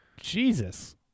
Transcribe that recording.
Jesus